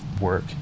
work